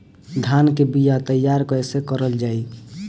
धान के बीया तैयार कैसे करल जाई?